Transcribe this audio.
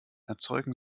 erzeugen